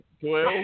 Twelve